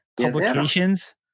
publications